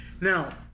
Now